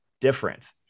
different